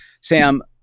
Sam